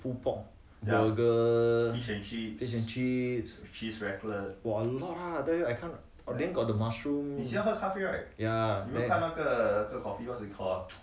full pork burger fish and chips !whoa! a lot ah I tell you I can't then got the mushroom ya